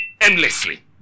endlessly